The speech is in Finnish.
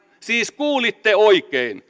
siis kuulitte oikein